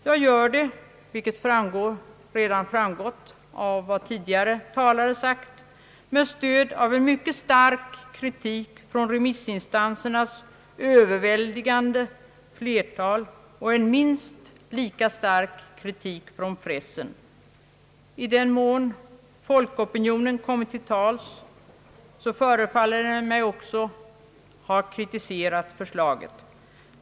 Jag gör det — vilket framgår av vad tidigare talare har sagt — med stöd av en mycket stark kritik från remissinstansernas överväldigande flertal och en minst lika stark kritik från pressen. I den mån folkopinionen kommit till tals förefaller det mig också som om den kritiserat förslaget.